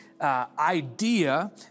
idea